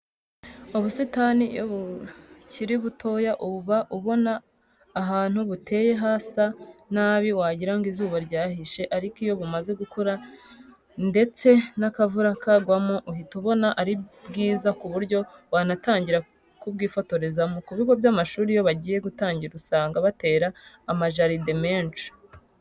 Ubusitani iyo bukiri butoya uba ubona ahantu buteye hasa nabi wagira ngo izuba ryahishe ariko iyo bumaze gukura ndetse n'akavura kakagwamo uhita ubona ari bwiza ku buryo wanatangira kubwifotorezamo. Ku bigo by'amashuri iyo bagiye gutangira usanga batera amajaride menshi.